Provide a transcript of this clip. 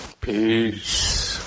peace